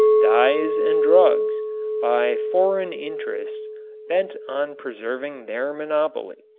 dyes and drugs by foreign interests bent on preserving their monopoly.